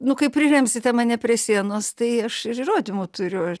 nu kai priremsite mane prie sienos tai aš įrodymų turiu